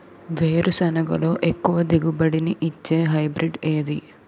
వేరుసెనగ లో ఎక్కువ దిగుబడి నీ ఇచ్చే హైబ్రిడ్ ఏది?